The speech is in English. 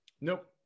Nope